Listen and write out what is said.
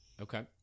Okay